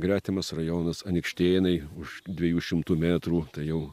gretimas rajonas anykštėnai už dviejų šimtų metrų tai jau